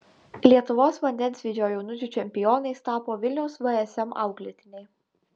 lietuvos vandensvydžio jaunučių čempionais tapo vilniaus vsm auklėtiniai